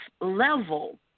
level